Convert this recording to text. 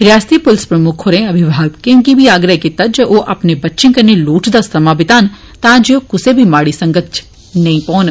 रियासती पुलस प्रमुक्ख होरें अभिमावकें गी आग्रह कीता जे ओह् अपने बच्चें कन्नै लोड़चदा समां बितान तां जे ओह् कुसै बी माड़ी संगत च नेईं पोन